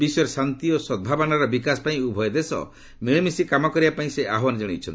ବିଶ୍ୱରେ ଶାନ୍ତି ଓ ସଦ୍ଭାବନାର ବିକାଶ ପାଇଁ ଉଭୟ ଦେଶ ମିଳିମିଶି କାମ କରିବା ପାଇଁ ସେ ଆହ୍ୱାନ କଣାଇଛନ୍ତି